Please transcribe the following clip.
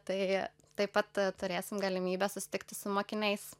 tai taip pat turėsim galimybę susitikti su mokiniais